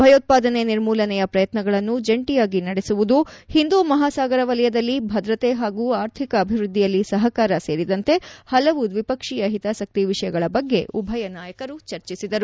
ಭಯೋತ್ಪಾದನೆ ನಿರ್ಮೂಲನೆಯ ಪ್ರಯತ್ನಗಳನ್ನು ಜಂಟಿಯಾಗಿ ನಡೆಸುವುದು ಹಿಂದೂ ಮಹಾಸಾಗರ ವಲಯದಲ್ಲಿ ಭದ್ರತೆ ಹಾಗೂ ಅರ್ಥಿಕ ಅಭಿವೃದ್ದಿಯಲ್ಲಿ ಸಹಕಾರ ಸೇರಿದಂತೆ ಹಲವು ದ್ವಿಪಕ್ಷೀಯ ಹಿತಾಸಕ್ತಿ ವಿಷಯಗಳ ಬಗ್ಗೆ ಉಭಯ ನಾಯಕರು ಚರ್ಚಿಸಿದರು